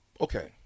okay